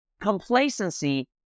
Complacency